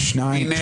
מי נגד?